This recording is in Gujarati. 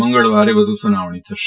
મંગળવારે વધુ સુનાવણી થશે